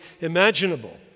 imaginable